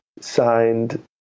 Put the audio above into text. signed